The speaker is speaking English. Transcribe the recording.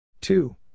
Two